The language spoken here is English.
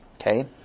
okay